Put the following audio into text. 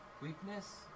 weakness